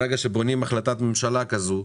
ברגע שבונים החלטת ממשלה כזו,